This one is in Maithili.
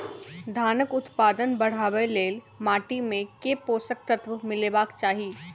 धानक उत्पादन बढ़ाबै लेल माटि मे केँ पोसक तत्व मिलेबाक चाहि?